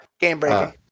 Game-breaking